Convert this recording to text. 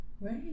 Right